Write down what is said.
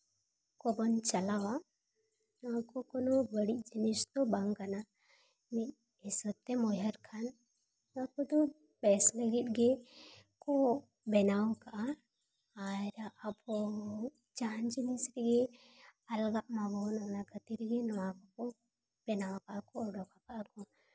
ᱠᱚᱵᱚᱱ ᱪᱟᱞᱟᱣᱟ ᱱᱚᱣᱟ ᱠᱚ ᱠᱚᱱᱳ ᱵᱟᱹᱲᱤᱡ ᱡᱤᱱᱤᱥ ᱫᱚ ᱵᱟᱝ ᱠᱟᱱᱟ ᱢᱤᱫ ᱦᱤᱥᱟᱹᱵᱽ ᱛᱮᱢ ᱩᱭᱦᱟᱹᱨ ᱠᱷᱟᱱ ᱱᱚᱣᱟ ᱠᱚᱫᱚ ᱵᱮᱥ ᱞᱟᱹᱜᱤᱫ ᱜᱮ ᱠᱚ ᱵᱮᱱᱟᱣ ᱟᱠᱟᱫᱼᱟ ᱟᱨ ᱟᱵᱚ ᱡᱟᱦᱟᱱ ᱡᱤᱱᱤᱥ ᱜᱮ ᱟᱞᱜᱟᱜ ᱟᱵᱚᱱ ᱚᱱᱟ ᱠᱷᱟᱹᱛᱤᱨ ᱜᱮ ᱱᱚᱣᱟ ᱠᱚᱠᱚ ᱵᱮᱱᱟᱣ ᱠᱟᱫᱟ ᱠᱚ ᱚᱰᱳᱠ ᱠᱟᱫᱟ ᱠᱚ